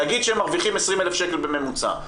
להגיד שהם מרוויחים 20,000 שקל בממוצע.